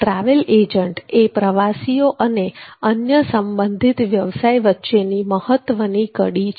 travel agent એ પ્રવાસીઓ અને અન્ય સંબંધિત વ્યવસાય વચ્ચેની મહત્ત્વની કડી છે